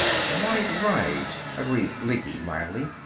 quite right, agreed lecky, mildly.